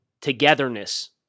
togetherness